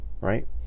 right